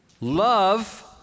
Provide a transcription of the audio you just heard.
love